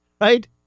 right